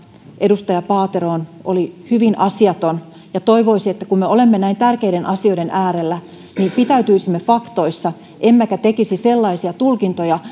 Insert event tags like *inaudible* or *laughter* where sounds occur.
edustaja paateroon oli hyvin asiaton ja toivoisi että kun me olemme näin tärkeiden asioiden äärellä niin pitäytyisimme faktoissa emmekä tekisi sellaisia tulkintoja *unintelligible*